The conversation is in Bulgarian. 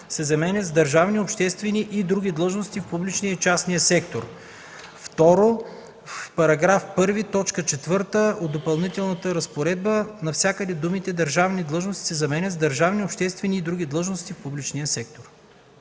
се заменят с „държавни, обществени и други длъжности в публичния и частния сектор”. 2. В § 1 т. 4 от допълнителната разпоредба навсякъде думите „държавни длъжности” се заменят с „държавни, обществени и други длъжности в публичния и